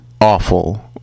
awful